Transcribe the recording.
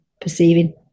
perceiving